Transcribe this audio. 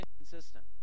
inconsistent